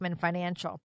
Financial